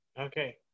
Okay